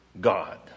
God